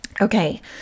Okay